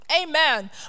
Amen